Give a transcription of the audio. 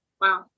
Wow